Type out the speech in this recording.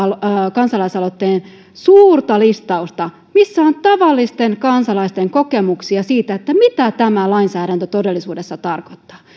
kansalaisaloitteen suurta listausta missä on tavallisten kansalaisten kokemuksia siitä mitä tämä lainsäädäntö todellisuudessa tarkoittaa